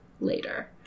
later